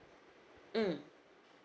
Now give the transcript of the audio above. mm